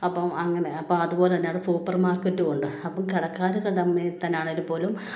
അപ്പം അങ്ങനെ അപ്പം അതുപോലത്തന്നെ അവിടെ സൂപ്പർമാർക്കറ്റും ഉണ്ട് അപ്പം കടക്കാരുകൾ തമ്മിൽ തന്നെയാണെങ്കിൽപ്പോലും